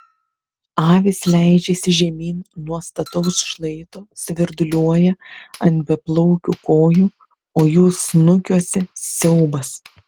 avys leidžiasi žemyn nuo stataus šlaito svirduliuoja ant beplaukių kojų o jų snukiuose siaubas